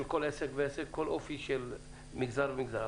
כל עסק ועסק ולכל אופי של מגזר ומגזר,